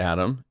Adam